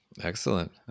Excellent